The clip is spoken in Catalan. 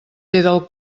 del